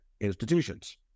institutions